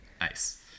Nice